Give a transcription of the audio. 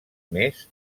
més